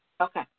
Okay